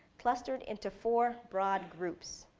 clustered into four broad groups.